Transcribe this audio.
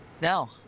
No